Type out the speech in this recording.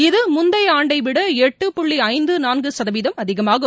இது முந்தைய ஆண்டை விட எட்டு புள்ளி ஐந்து நான்கு சதவீதம் அதிகமாகும்